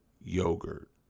Yogurt